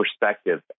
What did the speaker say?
perspective